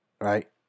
Right